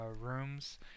rooms